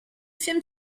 film